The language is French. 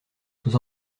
sous